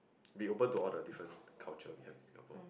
be open to all the different culture behind Singapore